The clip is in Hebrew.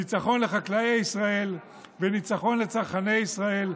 ניצחון לחקלאי ישראל וניצחון לצרכני ישראל.